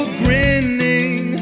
grinning